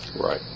Right